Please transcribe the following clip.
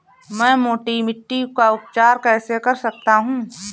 मैं मोटी मिट्टी का उपचार कैसे कर सकता हूँ?